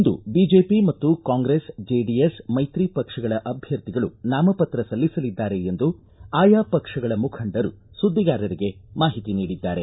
ಇಂದು BJP ಮತ್ತು Congress JDS ಮೈತ್ರಿ ಪಕ್ಷಗಳ ಅಭ್ಯರ್ಥಿಗಳು ನಾಮಪತ್ರ ಸಲ್ಲಿಸಲಿದ್ದಾರೆ ಎಂದು ಆಯಾ ಪಕ್ಷಗಳ ಮುಖಂಡರು ಸುದ್ದಿಗಾರರಿಗೆ ಮಾಹಿತಿ ನೀಡಿದ್ದಾರೆ